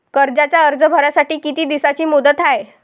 कर्जाचा अर्ज भरासाठी किती दिसाची मुदत हाय?